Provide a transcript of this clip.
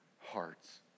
hearts